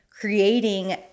creating